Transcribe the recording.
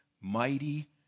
mighty